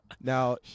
Now